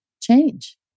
change